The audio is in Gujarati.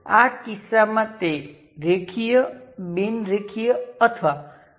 પરંતુ તે તેના અનુરૂપ છે અને તમે મિક્ષ અને મેચ પણ કરી શકો છો